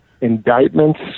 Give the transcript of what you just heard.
indictments